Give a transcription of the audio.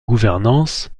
gouvernance